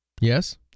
Yes